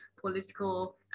political